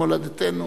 למולדתנו,